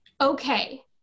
okay